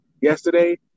yesterday